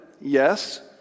yes